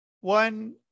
one